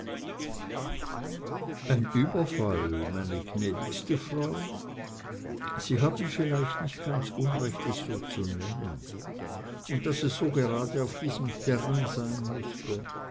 überfall meine gnädigste frau sie haben vielleicht nicht ganz unrecht es so zu nennen und daß es gerade auf diesem terrain sein mußte